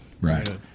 Right